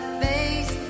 face